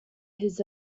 his